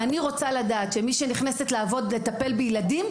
ואני רוצה לדעת שמי שנכנסת לעבוד לטפל בילדים,